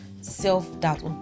self-doubt